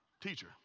teacher